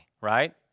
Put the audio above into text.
right